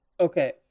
Okay